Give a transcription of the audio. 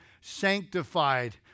sanctified